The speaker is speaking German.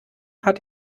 hat